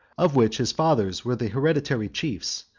of which his fathers were the hereditary chiefs,